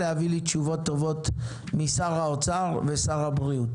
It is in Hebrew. להביא לי תשובות טובות משר האוצר ושר הבריאות.